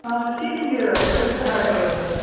ceiling एव उपरिष्ठः एव सः